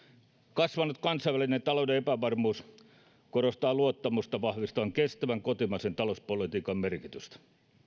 kasvanut kansainvälisen talouden epävarmuus korostaa luottamusta vahvistavan kestävän kotimaisen talouspolitiikan merkitystä